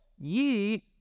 ye